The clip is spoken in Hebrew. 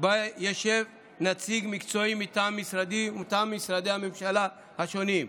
שבה ישב נציג מקצועי מטעם משרדי ומטעם משרדי הממשלה השונים.